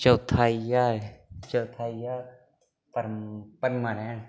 चौथा आई गेआ चौथा आई गेआ पर परमा नैन